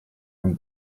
from